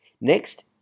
Next